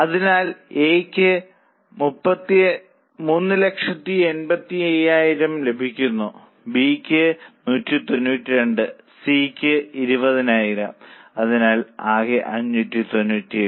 അതിനാൽ എ യ്ക്ക് 385000 അത് ലഭിക്കുന്നു ബി ക്ക് 192 സി ക്ക് 20000 അതിനാൽ ആകെ 597